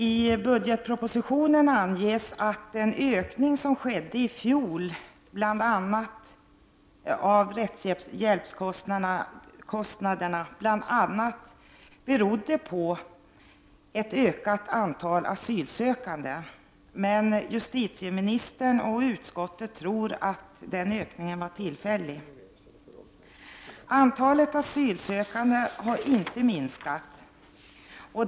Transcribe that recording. I budgetpropositionen anges att den ökning av rättshjälpskostnaderna som skedde i fjol bl.a. berodde på ett ökat antal asylsökande, men justitieministern och utskottet tror att den ökningen var tillfällig. Antalet asylsökande har inte minskat.